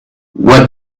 what